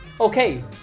Okay